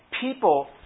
people